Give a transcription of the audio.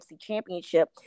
championship